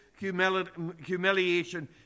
humiliation